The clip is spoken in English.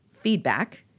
feedback